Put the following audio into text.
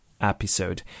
episode